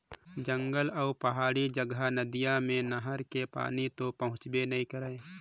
जंगल अउ पहाड़ी जघा नदिया मे नहर के पानी तो पहुंचबे नइ करय